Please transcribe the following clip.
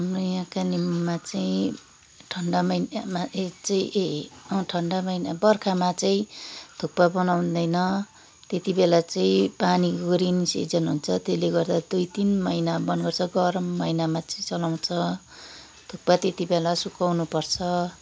हाम्रो यहाँ कालिम्पोङमा चाहिँ ठन्डा महिनामा ए चाहिँ ए ठन्डा महिना बर्खामा चाहिँ थुक्पा बनाउँदैन त्यति बेला चाहिँ पानीको रेनी सिजन हुन्छ त्यसले गर्दा दुई तिन महिना बन्द गर्छ गरम महिनामा चाहिँ चलाउँछ थुक्पा त्यति बेला सुकाउनुपर्छ